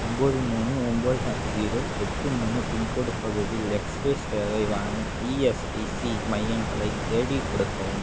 ஒம்பது மூணு ஒம்பது ஜீரோ எட்டு மூணு பின்கோடு பகுதியில் எக்ஸ்ரே சேவை வழங்கும் இஎஸ்ஐசி மையங்களை தேடிக் கொடுக்கவும்